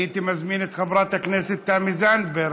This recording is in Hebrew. הייתי מזמין את חברת הכנסת תמי זנדברג,